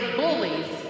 bullies